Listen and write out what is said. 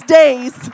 days